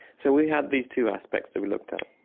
so we had these two aspects that we looked at.